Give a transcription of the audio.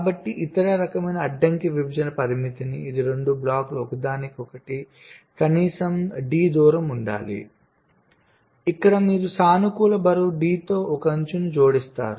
కాబట్టి ఇతర రకమైన అడ్డంకి విభజన పరిమితి ఇది రెండు బ్లాక్లు ఒకదానికొకటి కనీసం d దూరం ఉండాలి ఇక్కడ మీరు సానుకూల బరువు d తో ఒక అంచుని జోడిస్తారు